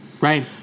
Right